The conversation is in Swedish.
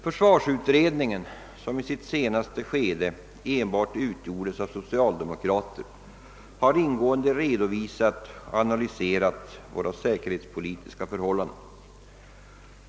Försvarsutredningen, som i sitt senare skede har utgjorts av enbart socialdemokrater, har ingående redovisat och analyserat våra säkerhetspolitiska förhållanden.